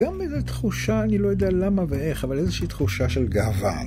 גם איזו תחושה, אני לא יודע למה ואיך, אבל איזושהי תחושה של גאווה.